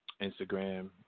Instagram